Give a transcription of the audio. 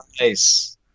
Nice